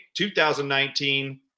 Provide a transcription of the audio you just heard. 2019